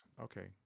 Okay